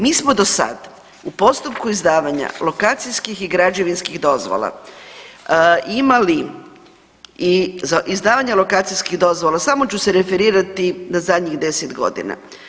Mi smo do sada u postupku izdavanja lokacijskih i građevinskih dozvola imali i, za izdavanje lokacijskih dozvola samo ću se referirati na zadnjih 10 godina.